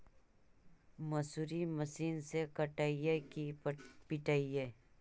मसुरी मशिन से कटइयै कि पिटबै?